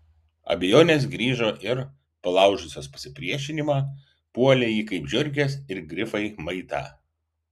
abejonės grįžo ir palaužusios pasipriešinimą puolė jį kaip žiurkės ir grifai maitą